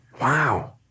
Wow